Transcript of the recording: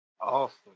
Awesome